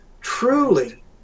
Truly